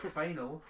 final